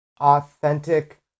authentic